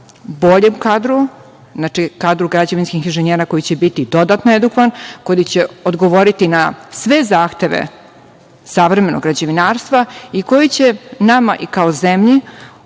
boljem kadru, znači kadru građevinskih inženjera koji će biti dodatno edukovan, koji će odgovoriti na sve zahteve savremenog građevinarstva i koji će nama i kao zemlji